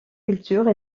culture